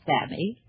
Sammy